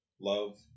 Love